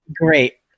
Great